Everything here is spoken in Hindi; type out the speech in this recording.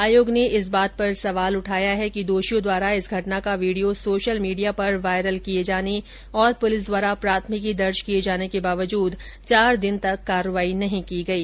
आयोग ने इस बात पर सवाल उठाया है कि दोषियों द्वारा इस घटना का वीडियो सोशल मीडिया पर वायरल किये जाने और पुलिस द्वारा प्राथमिकी दर्ज किये जाने के बावजूद चार दिन तक कार्रवाई नहीं की गयी